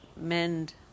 mend